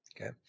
okay